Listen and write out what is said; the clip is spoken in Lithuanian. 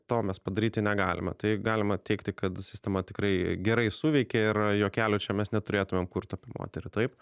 to mes padaryti negalime tai galima teigti kad sistema tikrai gerai suveikė ir juokelių čia mes neturėtumėm kurt apie moterį taip